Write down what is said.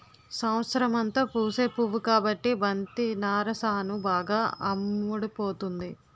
సంవత్సరమంతా పూసే పువ్వు కాబట్టి బంతి నారేసాను బాగా అమ్ముడుపోతుంది